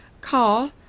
Call